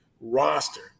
roster